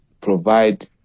provide